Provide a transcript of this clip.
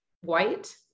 white